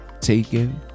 Taken